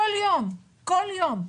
כל יום, כל יום.